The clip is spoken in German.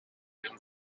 ihrem